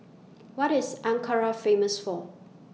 What IS Ankara Famous For